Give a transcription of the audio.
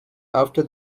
after